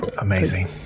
amazing